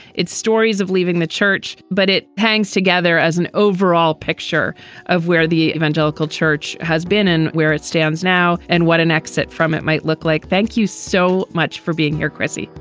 it's stories of leaving the church, but it hangs together as an overall picture of where the evangelical church has been and where it stands now and what an exit from it might look like thank you so much for being here. chrissy. oh,